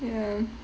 ya